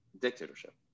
dictatorship